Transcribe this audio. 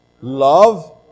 love